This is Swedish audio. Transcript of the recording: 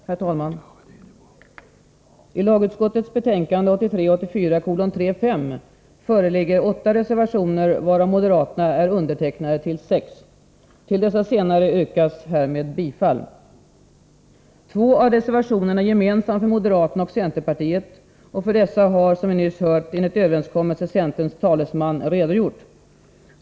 Herr talman! Till lagutskottets betänkande 35 är fogade åtta reservationer, varav moderaterna är undertecknare till sex. Till dessa senare yrkas härmed bifall. Två av reservationerna är gemensamma för moderaterna och centerpartiet. För dessa har, som vi nyss hört, enligt överenskommelse centerns talesman redogjort.